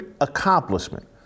accomplishment